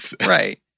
Right